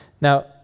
Now